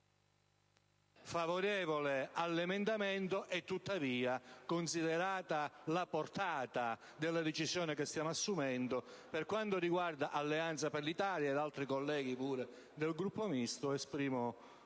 favorevole sull'emendamento in esame. Tuttavia, considerata la portata della decisione che stiamo assumendo, per quanto riguarda Alleanza per l'Italia ed altri colleghi del Gruppo Misto,